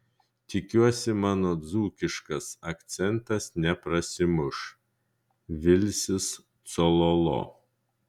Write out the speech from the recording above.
tikiuosi mano dzūkiškas akcentas neprasimuš vilsis cololo